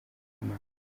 imana